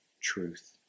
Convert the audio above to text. truth